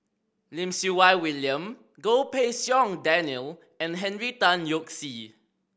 Lim Siew Wai William Goh Pei Siong Daniel and Henry Tan Yoke See